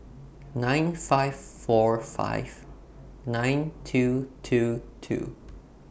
nine five four five nine two two two